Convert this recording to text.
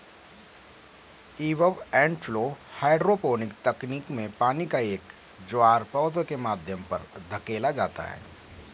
ebb and flow hydroponic तकनीक में पानी का एक ज्वार पौधे के माध्यम पर धकेला जाता है